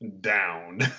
down